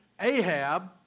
Ahab